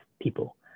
people